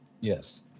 Yes